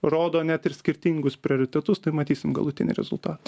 rodo net ir skirtingus prioritetus tai matysim galutinį rezultatą